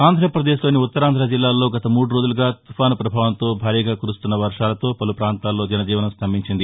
ఆంధ్రప్రదేశ్లోని ఉత్తరాంధ్ర జిల్లాల్లో గత మూడు రోజులుగా తుపాను ప్రభావంతో భారీగా కురుస్తున్న వర్వాలతో పలు పాంతాల్లో జన జీవనం స్తంభించింది